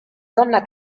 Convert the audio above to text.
donna